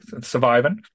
surviving